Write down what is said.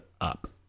up